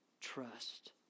trust